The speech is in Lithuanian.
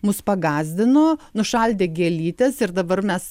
mus pagąsdino nušaldė gėlytes ir dabar mes